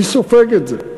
מי סופג את זה?